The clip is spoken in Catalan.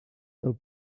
del